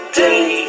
day